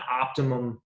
optimum